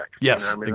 Yes